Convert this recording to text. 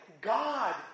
God